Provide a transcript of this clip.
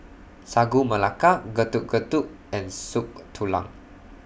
Sagu Melaka Getuk Getuk and Soup Tulang